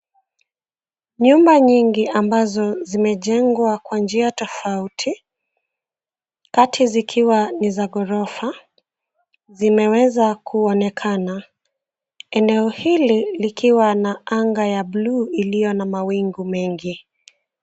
Nyumba nyingi ambazo zimejengwa kwa njia tofauti kati zikiwa ni za gorofa na zimeweza kuonekena eneo hili likiwa na anga ya buluu ilio na mawingu mengi.